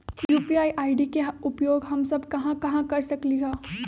UPI ID के उपयोग हम कहां कहां कर सकली ह?